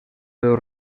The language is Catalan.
veu